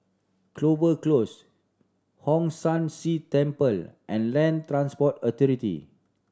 Clover Close Hong San See Temple and Land Transport Authority